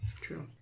True